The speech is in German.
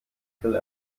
grill